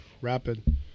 Rapid